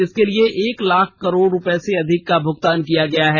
इसके लिए एक लाख करोड़ रुपए से अधिक का भूगतान किया गया है